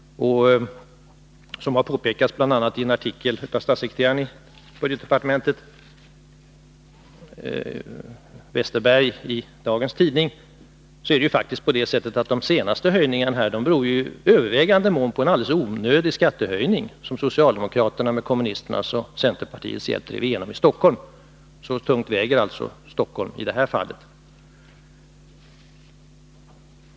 Som har påpekats bl.a. i en artikel av statssekreteraren i budgetdepartementet Bengt Westerberg i dagens nummer av Svenska Dagbladet, är det faktiskt på det sättet att de senaste höjningarna i övervägande utsträckning beror på en alldeles onödig skattehöjning, som socialdemokraterna med kommunisternas och centerpartiets hjälp drev igenom i Stockholm. Så tungt väger alltså Stockholm i det här fallet.